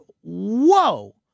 whoa